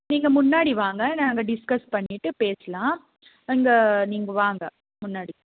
நீங்கள் முன்னாடி வாங்க நாங்கள் டிஸ்கஸ் பண்ணிவிட்டு பேசலாம் இங்கே நீங்கள் வாங்க முன்னாடி